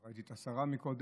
לא ראיתי את השרה קודם.